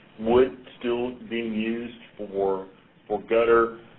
wood still being used for for gutter,